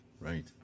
right